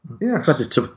yes